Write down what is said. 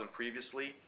previously